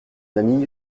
amie